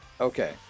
Okay